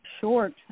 short